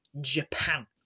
Japan